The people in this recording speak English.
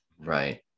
Right